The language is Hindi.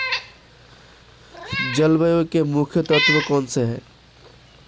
जलवायु के मुख्य तत्व कौनसे हैं?